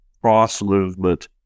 cross-movement